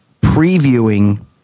previewing